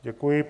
Děkuji.